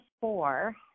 four